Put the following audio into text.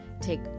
take